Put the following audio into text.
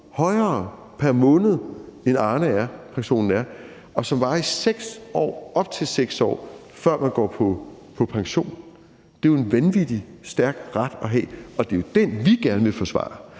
højere pr. måned, end Arnepensionen er, og som varer i op til 6 år, før man går på pension. Det er jo en vanvittig stærk ret at have, og det er jo den, vi gerne vil forsvare,